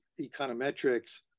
econometrics